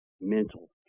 mental